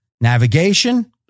Navigation